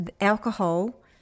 alcohol